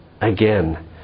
again